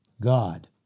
God